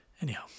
Anyhow